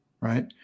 right